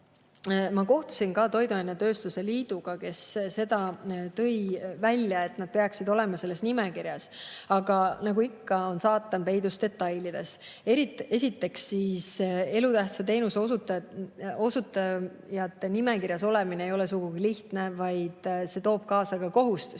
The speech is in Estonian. ma kohtusin ka toiduainetööstuse liiduga, kes tõi välja, et nad peaksid olema selles nimekirjas, aga nagu ikka, on saatan peidus detailides. Esiteks, elutähtsa teenuse osutajate nimekirjas olemine ei ole sugugi lihtne, vaid see toob kaasa ka kohustusi.